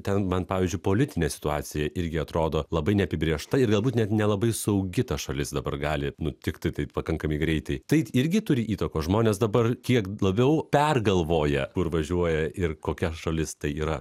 ten man pavyzdžiui politinė situacija irgi atrodo labai neapibrėžta ir galbūt net nelabai saugi šalis dabar gali nutikti tai pakankamai greitai tai irgi turi įtakos žmonės dabar kiek labiau pergalvoja kur važiuoja ir kokia šalis tai yra